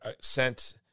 sent